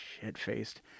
shit-faced